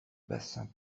bassins